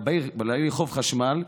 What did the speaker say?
לבעלי חוב חשמל,